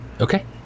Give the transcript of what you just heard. Okay